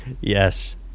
Yes